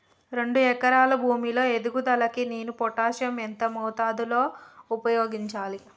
రెండు ఎకరాల భూమి లో ఎదుగుదలకి నేను పొటాషియం ఎంత మోతాదు లో ఉపయోగించాలి?